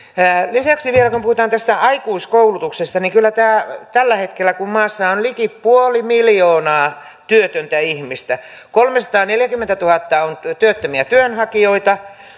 lisäksi vielä kun puhutaan tästä aikuiskoulutuksesta niin tällä hetkellä kun maassa on liki puoli miljoonaa työtöntä ihmistä kolmesataaneljäkymmentätuhatta on työttömiä työnhakijoita